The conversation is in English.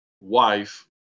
wife